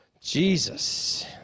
Jesus